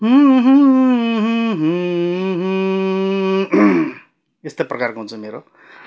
यस्तै प्रकारको हुन्छ मेरो